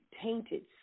tainted